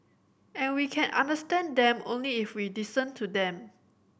and we can understand them only if we listen to them